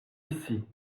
ici